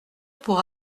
pour